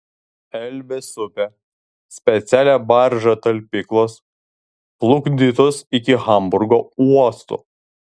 elbės upe specialia barža talpyklos plukdytos iki hamburgo uosto